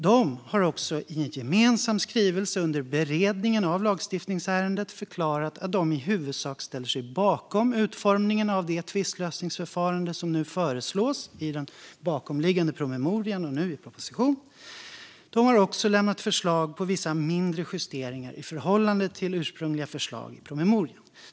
De har också i en gemensam skrivelse under beredningen av lagstiftningsärendet förklarat att de i huvudsak ställer sig bakom utformningen av det tvistlösningsförfarande som nu föreslås i den bakomliggande promemorian och nu i propositionen. De har också lämnat förslag på vissa mindre justeringar i förhållande till ursprungliga förslag i promemorian.